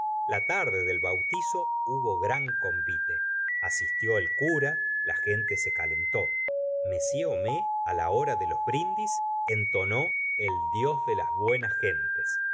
la tarde del bautizo hubo gran convite asistió el cura la gente se calentó m homais la hora de los brindis entonó el dios de las buenas gentes